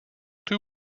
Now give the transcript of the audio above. two